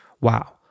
Wow